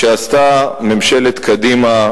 שעשתה ממשלת קדימה,